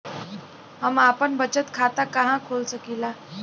हम आपन बचत खाता कहा खोल सकीला?